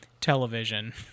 television